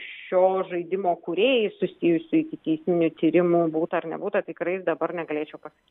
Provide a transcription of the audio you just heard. šio žaidimo kūrėjais susijusio ikiteisminių tyrimų būta ar nebūta tikrai dabar negalėčiau pasakyt